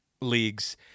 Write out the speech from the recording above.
leagues